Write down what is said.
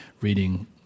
reading